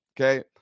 okay